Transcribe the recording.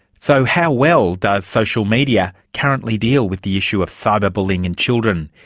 so how well does social media currently deal with the issue of cyber bullying in children?